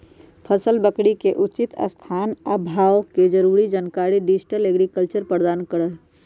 फसल बिकरी के उचित स्थान आ भाव के जरूरी जानकारी डिजिटल एग्रीकल्चर प्रदान करहइ